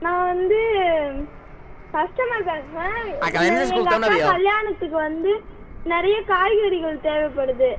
நான் வந்து கஸ்டமர் பேசுகிறேன் என்ன எங்கள் அக்கா கல்யாணத்துக்கு வந்து நிறைய காய்கறிகள் தேவைப்படுது